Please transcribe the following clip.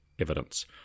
evidence